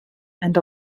and